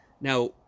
Now